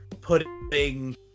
putting